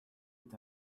est